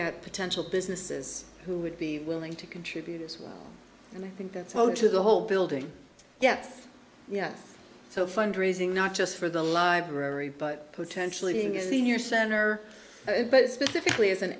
at potential businesses who would be willing to contribute as well and i think that's owed to the whole building yes so fund raising not just for the library but potentially being a senior center but specifically as an